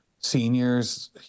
seniors